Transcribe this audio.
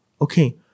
okay